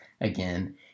again